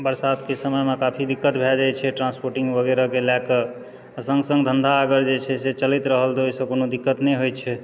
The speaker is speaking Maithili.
बरसातके समयमे काफी दिक्कत भए जाइत छै ट्रान्सपोर्टिंग वगैरहके लए कऽ आ सङ्ग सङ्ग धन्धा अगर जे छै से चलैत रहल तऽ ओहिसँ कोनो दिक्कत नहि होइत छै